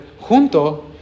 junto